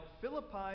Philippi